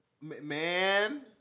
Man